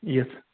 یِتھ